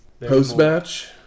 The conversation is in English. Post-match